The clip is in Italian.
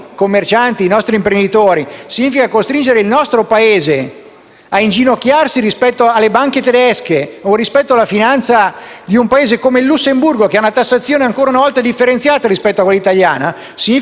a inginocchiarsi davanti alle banche tedesche o alla finanza di un Paese come il Lussemburgo, che ha una tassazione ancora una volta differenziata rispetto a quella italiana, ciò significa non capire che l'Europa o è un'Europa dei popoli oppure non ha motivo di esistere.